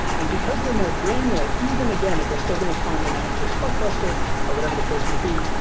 and because they're more granular, even again if we're still going to farm them out to a spark cluster or whatever the case may be,